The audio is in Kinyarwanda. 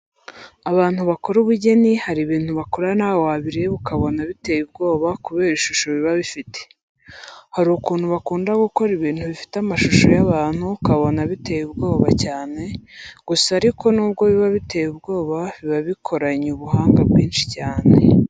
Abantu bakora ubugeni hari ibintu bakora nawe wabireba ukabona biteye ubwoba kubera ishusho biba bifite. Hari ukuntu bakunda gukora ibintu bifite amashusho y'abantu ukabona biteye ubwoba cyane, gusa ariko nubwo biba biteye ubwoba, biba bikoranye ubuhanga bwinshi cyane.